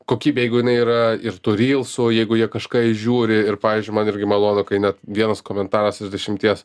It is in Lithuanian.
kokybė jeigu jinai yra ir tų relsų jeigu jie kažką įžiūri ir pavyzdžiui man irgi malonu kai net vienas komentaras iš dešimties